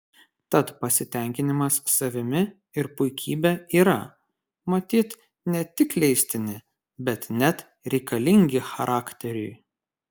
tad pasitenkinimas savimi ir puikybė yra matyt ne tik leistini bet net reikalingi charakteriui